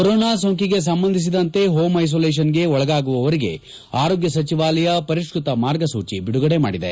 corona ಸೋಂಕಿಗೆ ಸಂಬಂಧಿಸಿದಂತೆ home ಐಸೊಲೇಷನ್ಗೆ ಒಳಗಾಗುವವರಿಗೆ ಆರೋಗ್ಯ ಸಚಿವಾಲಯ ಪರಿಷ್ಪತ ಮಾರ್ಗಸೂಚಿ ಬಿಡುಗಡೆ ಮಾಡಿದೆ